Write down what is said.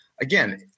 again